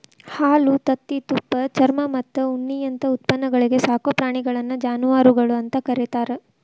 ಹಾಲು, ತತ್ತಿ, ತುಪ್ಪ, ಚರ್ಮಮತ್ತ ಉಣ್ಣಿಯಂತ ಉತ್ಪನ್ನಗಳಿಗೆ ಸಾಕೋ ಪ್ರಾಣಿಗಳನ್ನ ಜಾನವಾರಗಳು ಅಂತ ಕರೇತಾರ